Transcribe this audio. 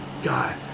God